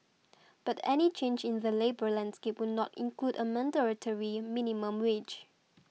but any change in the labour landscape would not include a mandatory minimum wage